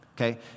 okay